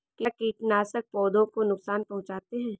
क्या कीटनाशक पौधों को नुकसान पहुँचाते हैं?